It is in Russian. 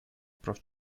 прав